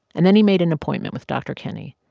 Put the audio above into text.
and then he made an appointment with dr. kenney.